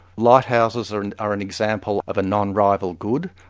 lighthouses are and are an example of a non-rival good.